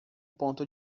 ponto